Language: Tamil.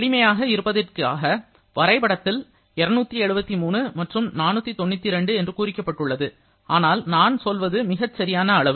எளிமையாக இருப்பதற்காக வரைபடத்தில் 273 மற்றும் 492 என்று குறிக்கப்பட்டுள்ளது ஆனால் நான் சொல்வது மிகச்சரியான அளவு